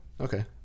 okay